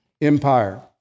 Empire